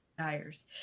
tires